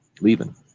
leaving